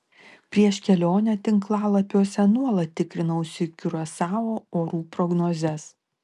prieš kelionę tinklalapiuose nuolat tikrinausi kiurasao orų prognozes